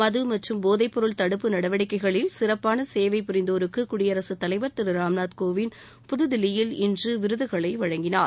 மது மற்றும் போதைப் பொருள் தடுப்பு நடவடிக்கைகளில் சிறப்பான சேவை புரிந்தோருக்கு குடியரசுத் தலைவர் திரு ராம்நாத் கோவிந்த் புதுதில்லியில் இன்று விருதுகளை வழங்கினார்